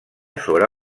sobre